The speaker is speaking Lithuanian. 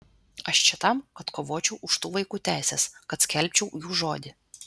aš čia tam kad kovočiau už tų vaikų teises kad skelbčiau jų žodį